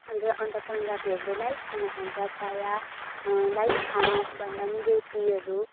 अन्ज अन्त पन्जाबीहरूले लाइट खाना खान्छ प्राय लाइट खाना भन्दा पनि रोटीहरू